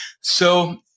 So-